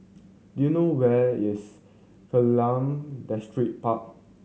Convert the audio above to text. do you know where is Kallang Distripark